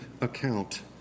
account